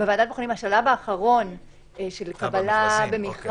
ועדת בוחנים היא השלב האחרון של קבלה במכרז,